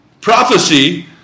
prophecy